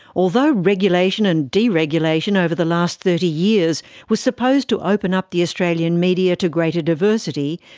although regulation and deregulation over the last thirty years was supposed to open up the australian media to greater diversity,